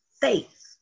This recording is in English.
faith